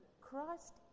Christ